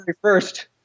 first